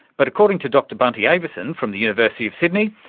but according to dr bunty avieson from the university of sydney,